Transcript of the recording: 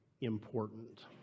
important